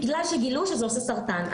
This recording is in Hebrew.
בגלל שגילו שזה גורם לסרטן.